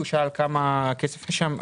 הוא שאל כמה כסף יש שם.